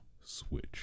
switch